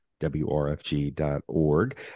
WRFG.org